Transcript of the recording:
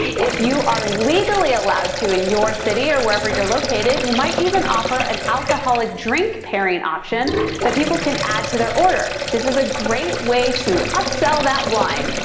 if you are legally allowed to in your city or wherever you're located, you might even offer an alcoholic drink pairing option that people can add to their order. this is a great way to upsell that wine.